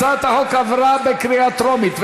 הצעת החוק עברה בקריאה טרומית,